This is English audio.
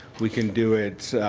we can do it